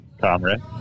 comrade